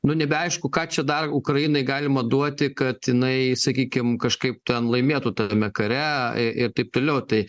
nu nebeaišku ką čia dar ukrainai galima duoti kad jinai sakykim kažkaip ten laimėtų tame kare ir taip toliau tai